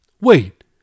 Wait